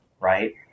right